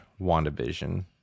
WandaVision